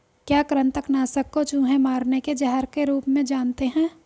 क्या कृतंक नाशक को चूहे मारने के जहर के रूप में जानते हैं?